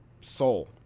soul